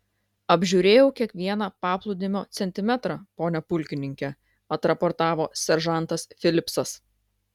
apžiūrėjau kiekvieną paplūdimio centimetrą pone pulkininke atraportavo seržantas filipsas